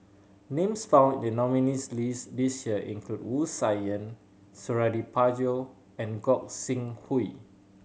names found in the nominees' list this year include Wu Tsai Yen Suradi Parjo and Gog Sing Hooi